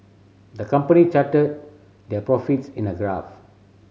the company charted their profits in a graph